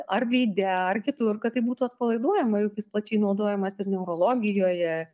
ar veide ar kitur kad tai būtų atpalaiduojama juk jis plačiai naudojamas ir neurologijoje